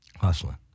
hustling